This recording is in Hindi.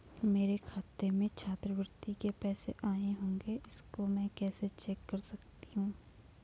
मेरे खाते में छात्रवृत्ति के पैसे आए होंगे इसको मैं कैसे चेक कर सकती हूँ?